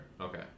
Okay